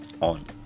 on